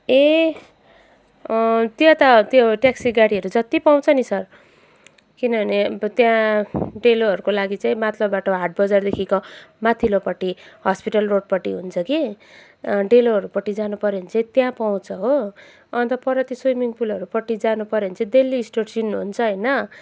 ए त्यो त त्यो ट्याक्सी गाडीहरू जत्ति पाउँछ नि सर किनभने अब त्यहाँ डेलोहरूको लागि चाहिँ माथिल्लो बाटो हाट बजारदेखिको माथिल्लोपट्टि हस्पिटल रोडपट्टि हुन्छ कि डेलोहरूपट्टि जानुहरू पऱ्यो भने चाहिँ त्यहाँ पाउछ हो अन्त पर सुइमिङ पुलहरूपट्टि जानुपऱ्यो भने चाहिँ दिल्ली स्टोर चिन्नुहुन्छ होइन